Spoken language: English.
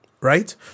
right